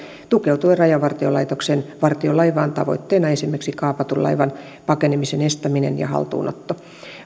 tukeutuen rajavartiolaitoksen vartiolaivaan tavoitteena esimerkiksi kaapatun laivan pakenemisen estäminen ja haltuunotto